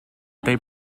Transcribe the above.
they